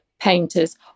painters